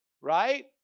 right